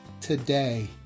today